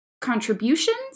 contributions